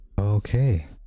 Okay